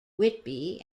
whitby